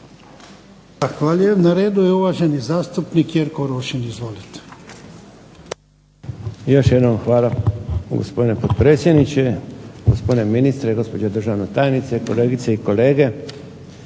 Na redu je uvaženi zastupnik Jerko Rošin, izvolite. **Rošin, Jerko (HDZ)** Još jednom hvala, gospodine potpredsjedniče. Gospodine ministre, gospođo državna tajnice, kolegice i kolege.